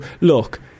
look